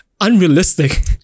unrealistic